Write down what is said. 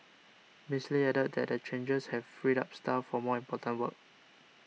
Miss Lee added that the changes have freed up staff for more important work